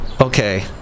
Okay